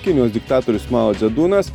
kinijos diktatorius mao dzedunas